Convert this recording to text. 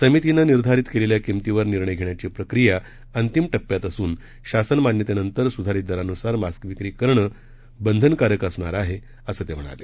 समितीनं निर्धारित केलेल्या किंमतीवर निर्णय घेण्याची प्रक्रिया अंतिम टप्प्यात असून शासन मान्यतेनंतर सुधारीत दरानुसार मास्क विक्री करणं बंधनकारक असणार आहे असं ते म्हणाले